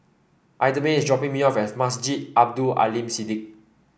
Idamae is dropping me off at Masjid Abdul Aleem Siddique